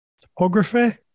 topography